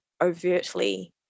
overtly